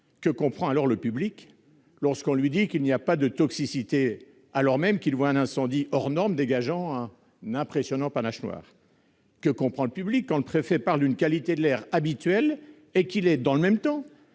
Que comprend le public lorsqu'on lui dit qu'il n'y a pas de toxicité alors même qu'il voit un incendie hors norme dégageant un impressionnant panache noir ? Que comprend le public quand le préfet parle d'une qualité de l'air « habituelle » alors qu'il est, dans le même temps,